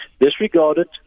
disregarded